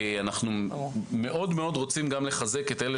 אנחנו מאוד מאוד רוצים גם לחזק את אלה